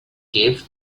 give